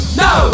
no